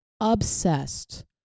obsessed